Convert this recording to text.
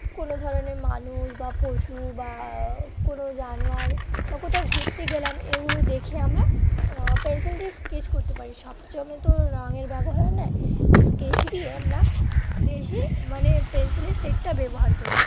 কোনো ধরনের মানুষ বা পশু বা কোনো জানোয়ার বা কোথাও ঘুরতে গেলাম এগুলো দেখে আমরা পেনসিল দিয়ে স্কেচ করতে পারি সবচময় তো রঙয়ের ব্যবহার নয় স্কেচ দিয়ে আমরা বেশি মানে পেনসিলের শেডটা ব্যবহার করি